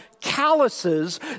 calluses